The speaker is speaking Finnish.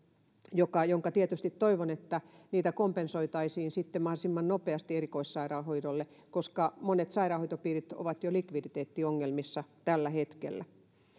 ja tietysti toivon että niitä kompensoitaisiin sitten mahdollisimman nopeasti erikoissairaanhoidolle koska monet sairaanhoitopiirit ovat likviditeettiongelmissa jo tällä hetkellä